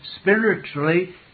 spiritually